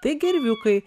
tai gerviukai